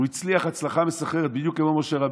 הוא הצליח הצלחה מסחררת, בדיוק כמו משה רבנו,